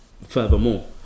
furthermore